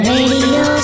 Radio